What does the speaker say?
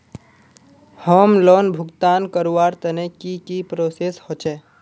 Home loan भुगतान करवार तने की की प्रोसेस होचे?